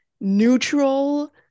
neutral